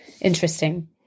interesting